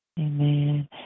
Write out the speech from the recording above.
Amen